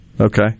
Okay